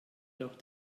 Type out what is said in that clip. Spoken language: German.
doch